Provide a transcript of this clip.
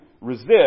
resist